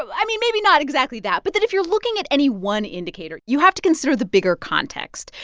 i mean, maybe not exactly that, but that if you're looking at any one indicator, you have to consider the bigger context.